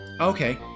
okay